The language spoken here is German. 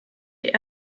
die